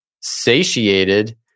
satiated